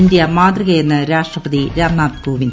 India മാതൃകയെന്ന് രാഷ്ട്രപതി രാംനാഥ് കോവിന്ദ്